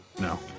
no